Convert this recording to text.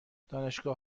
دانشگاه